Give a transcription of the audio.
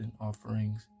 Offerings